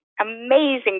amazing